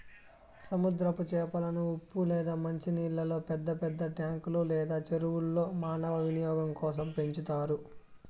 సముద్రపు చేపలను ఉప్పు లేదా మంచి నీళ్ళల్లో పెద్ద పెద్ద ట్యాంకులు లేదా చెరువుల్లో మానవ వినియోగం కోసం పెంచుతారు